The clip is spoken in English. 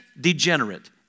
degenerate